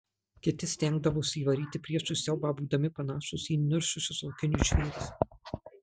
kiti stengdavosi įvaryti priešui siaubą būdami panašūs į įniršusius laukinius žvėris